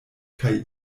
kaj